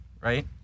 right